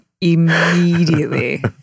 Immediately